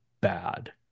bad